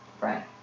right